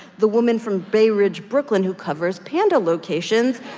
the woman from bay ridge, brooklyn, who covers panda locations,